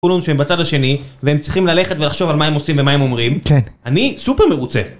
כולם שהם בצד השני והם צריכים ללכת ולחשוב על מה הם עושים ומה הם אומרים כן אני סופר מרוצה